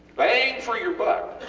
bang for your buck.